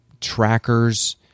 trackers